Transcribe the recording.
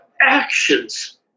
Actions